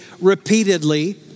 repeatedly